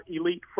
elite